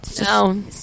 No